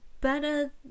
better